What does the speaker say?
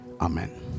Amen